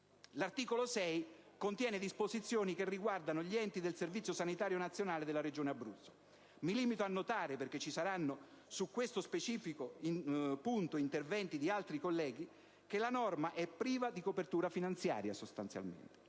L'articolo 6 contiene disposizioni che riguardano gli enti del Servizio sanitario nazionale della Regione Abruzzo. Mi limito a notare, perché ci saranno su questo specifico punto interventi di altri colleghi, che la norma è sostanzialmente priva di copertura finanziaria: infatti,